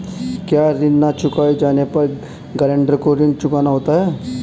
क्या ऋण न चुकाए जाने पर गरेंटर को ऋण चुकाना होता है?